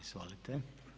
Izvolite.